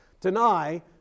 deny